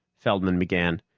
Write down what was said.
feldman began.